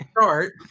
start